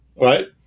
right